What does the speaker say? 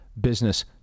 business